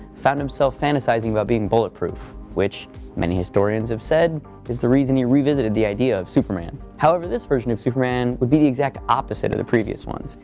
found himself fantasizing about being bulletproof, which many historians have said is the reason he revisited the idea of superman. however, this version of superman would be the exact opposite of the previous ones.